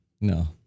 No